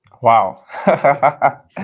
wow